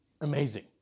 amazing